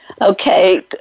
Okay